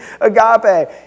agape